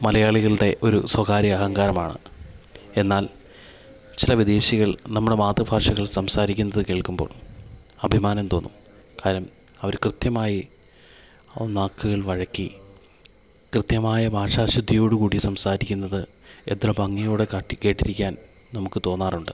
മലയാളികളുടെ ഒരു സ്വകാര്യ അഹങ്കാരമാണ് എന്നാൽ ചില വിദേശികൾ നമ്മുടെ മാതൃഭാഷകൾ സംസാരിക്കുന്നത് കേൾക്കുമ്പോൾ അഭിമാനം തോന്നും കാര്യം അവർ കൃത്യമായി നാക്കുകൾ വഴക്കി കൃത്യമായ ഭാഷാശുദ്ധിയോടു കൂടി സംസാരിക്കുന്നത് എത്ര ഭംഗിയോടെ കട്ടി കേട്ടിരിക്കാൻ നമുക്ക് തോന്നാറുണ്ട്